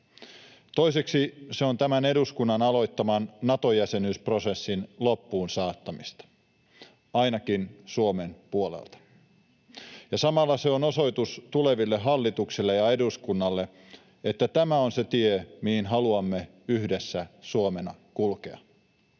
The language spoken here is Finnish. Toiseksi se on tämän eduskunnan aloittaman Nato-jäsenyysprosessin loppuun saattamista, ainakin Suomen puolelta. Ja samalla se on osoitus tuleville hallituksille ja eduskunnalle, että tämä on se tie, mihin haluamme yhdessä Suomena kulkea